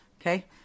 okay